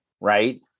right